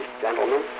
gentlemen